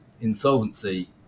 insolvency